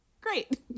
Great